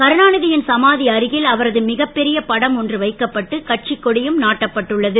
கருணாநிதியின் சமாதி அருகில் அவரது மிக பெரிய படம் ஒன்று வைக்கப்பட்டு கட்சி கொடியும் நாட்டப்பட்டுள்ளது